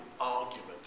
argument